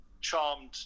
charmed